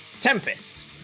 Tempest